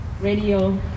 radio